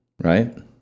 Right